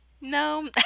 no